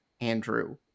Andrew